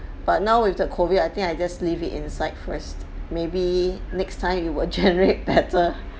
but now with the COVID I think I just leave it inside first maybe next time it will generate better